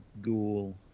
ghoul